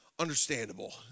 Understandable